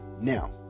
Now